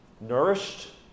nourished